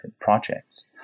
projects